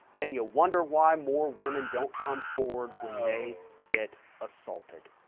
and you wonder why more women don't come forward when they get assaulted.